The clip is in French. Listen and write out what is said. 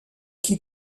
qui